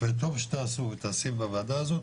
וטוב שתעשו ותעשי בוועדה הזאת,